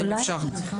אם אפשר.